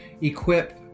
equip